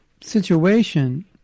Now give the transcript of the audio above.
situation